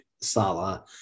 Sala